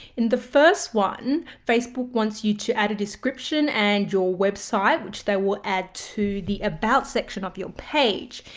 in the first one facebook wants you to add a description and your website which they will add to the about section of your page.